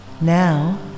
Now